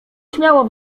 śmiało